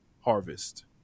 Harvest